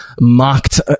mocked